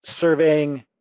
surveying